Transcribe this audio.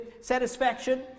satisfaction